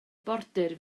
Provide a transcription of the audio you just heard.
border